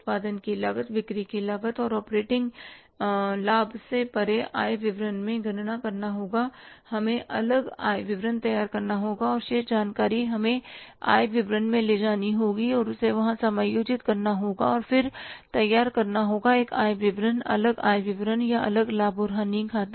उत्पादन की लागत बिक्री की लागत और ऑपरेटिंग लाभ से परे आय विवरण में गणना करना होगा हमें अलग आय विवरण तैयार करना होगा और शेष जानकारी हमें आय विवरण में ले जानी होगी और उसे वहां समायोजित करना होगा और फिर तैयार करना होगा एक आय विवरण अलग आय विवरण या अलग लाभ और हानि खाता